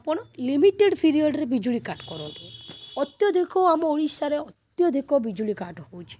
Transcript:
ଆପଣ ଲିମିଟେଡ଼୍ ପିରିୟଡ଼୍ରେ ବିଜୁଳି କାଟ କରନ୍ତୁ ଅତ୍ୟଧିକ ଆମ ଓଡ଼ିଶାରେ ଅତ୍ୟଧିକ ବିଜୁଳି କାଟ ହେଉଛି